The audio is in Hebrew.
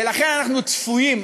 ולכן אנחנו צפויים,